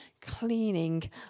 cleaning